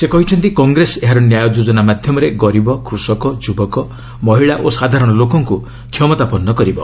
ସେ କହିଛନ୍ତି କଂଗ୍ରେସ ଏହାର ନ୍ୟାୟ ଯୋଜନା ମାଧ୍ୟମରେ ଗରିବ କୃଷକ ଯୁବକ ମହିଳା ଓ ସାଧାରଣ ଲୋକଙ୍କୁ କ୍ଷମତାପନ୍ନ କରିବ